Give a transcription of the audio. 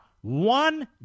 one